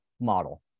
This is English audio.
model